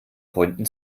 freunden